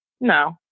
no